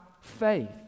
faith